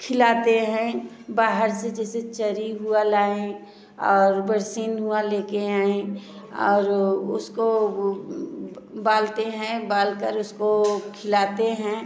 खिलाते हैं बाहर से जैसे चरी हुआ लाए और बरसीन हुआ ले कर आएँ और उसको उबालते हैं उबाल कर उसको खिलाते हैं